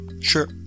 Sure